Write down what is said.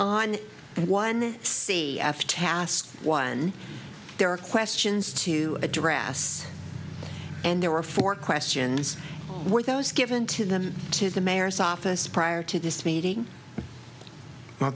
on one c f task one there are questions to address and there were four questions for those given to them to the mayor's office prior to this meeting